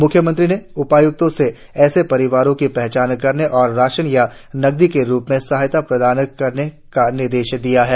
म्ख्यमंत्री ने उपाय्क्तों से ऐसे परिवारों की पहचान करने और राशन या नकदी के रूप में सहायता प्रदान करने का निर्देश दिया है